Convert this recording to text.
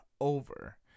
over